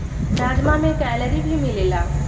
राजमा में कैलोरी भी मिलेला